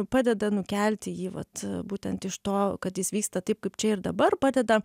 padeda nukelti jį vat būtent iš to kad jis vyksta taip kaip čia ir dabar padeda